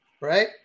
right